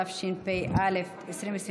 התשפ"א 2021,